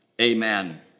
Amen